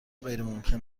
غیرممکن